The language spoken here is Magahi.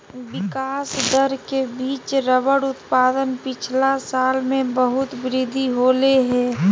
विकास दर के बिच रबर उत्पादन पिछला पाँच साल में बहुत वृद्धि होले हें